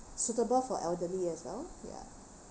suitable for elderly as well ya